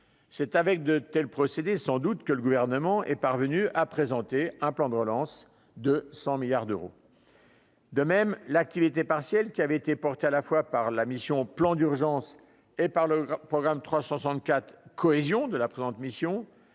c'est avec de tels procédés, sans doute, que le gouvernement est parvenu à présenter un plan de relance de 100 milliards d'euros. De même, l'activité partielle qui avait été porté à la fois par la mission, plan d'urgence et par le programme 3 soixante-quatre cohésion de la présente mission